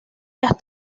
las